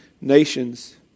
nations